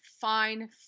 fine